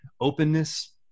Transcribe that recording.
Openness